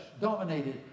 dominated